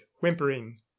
whimpering